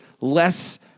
less